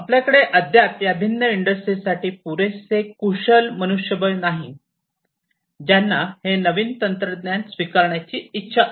आपल्याकडे अद्याप या भिन्न इंडस्ट्रीसाठी पुरेसे कुशल मनुष्यबळ नाही ज्यांना हे नवीन तंत्रज्ञान स्वीकारण्याची इच्छा आहे